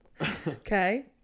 okay